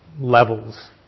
levels